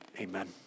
Amen